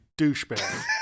douchebag